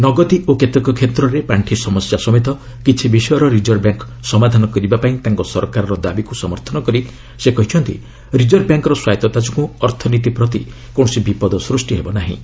ନଗଦୀ ଓ କେତେକ କ୍ଷେତ୍ରରେ ପାଣ୍ଠି ସମସ୍ୟା ସମେତ କିଛି ବିଷୟର ରିଜର୍ଭ ବ୍ୟାଙ୍କ ସମାଧାନ କରିବା ପାଇଁ ତାଙ୍କ ସରକାରର ଦାବିକୁ ସମର୍ଥନ କରି ସେ କହିଛନ୍ତି ରିଜର୍ଭ ବ୍ୟାଙ୍କର ସ୍ୱାୟଉତା ଯୋଗୁଁ ଅର୍ଥନୀତି ପ୍ରତି କୌଣସି ବିପଦ ସୃଷ୍ଟି ହେବ ନାହିଁ